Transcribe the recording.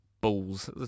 balls